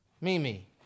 Mimi